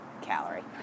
Calorie